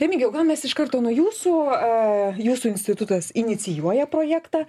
remigijau ką mes iš karto nuo jūsų jūsų institutas inicijuoja projektą